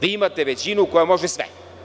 Vi imate većinu koja može sve.